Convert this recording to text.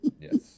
Yes